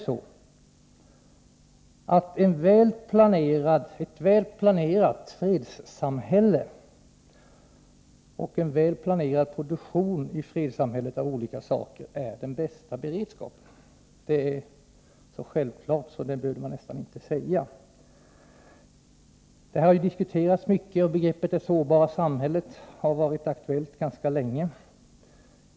Ett väl planerat fredssamhälle och en väl planerad produktion av olika saker i fredssamhället är den bästa beredskapen. Detta är så självklart att man nästan inte behövde säga det. Denna fråga har ju diskuterats mycket, och begreppet det sårbara samhället har varit aktuellt ganska länge.